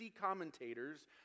commentators